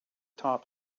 top